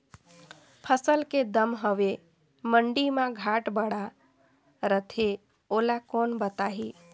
फसल के दम हवे मंडी मा घाट बढ़ा रथे ओला कोन बताही?